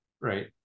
Right